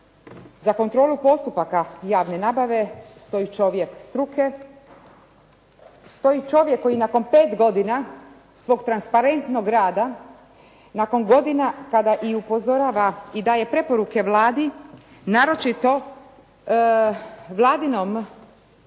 za kontrolu postupaka javne nabave stoji čovjek struke, stoji čovjek koji nakon 5 godina svog transparentnog rada, nakon godina kada i upozorava i daje preporuke Vladi naročito vladinom